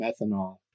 methanol